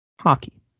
Hockey